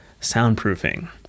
soundproofing